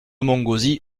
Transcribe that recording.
montgauzy